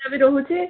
ସିଏ ବି ରହୁଛି